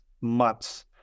months